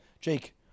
Jake